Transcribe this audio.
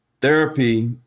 therapy